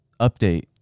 update